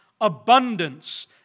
abundance